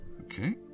Okay